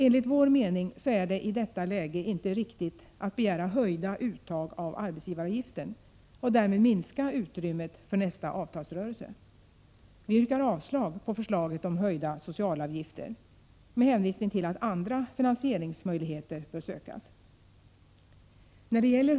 Enligt vår mening är det i detta läge inte riktigt att begära höjda uttag av arbetsgivaravgiften och därmed minska utrymmet för nästa avtalsrörelse. Vi yrkar avslag på förslaget om höjda socialavgifter med hänvisning till att andra finansieringsmöjligheter bör sökas.